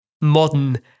modern